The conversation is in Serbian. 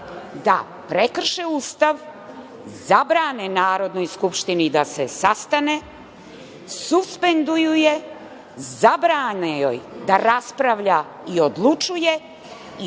da prekrše Ustav, zabrane Narodnoj Skupštini da se sastane, suspenduju je, zabrane joj da raspravlja i odlučuje i